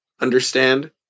understand